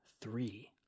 three